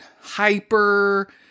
hyper